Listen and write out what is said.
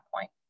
point